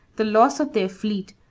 the loss of their fleet,